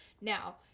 Now